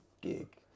gig